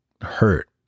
hurt